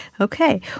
Okay